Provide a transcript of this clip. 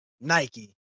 Nike